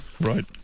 Right